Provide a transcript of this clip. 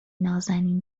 نازنین